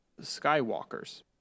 Skywalkers